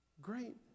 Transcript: Great